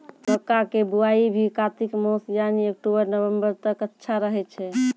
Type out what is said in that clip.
मक्का के बुआई भी कातिक मास यानी अक्टूबर नवंबर तक अच्छा रहय छै